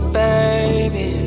baby